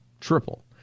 Triple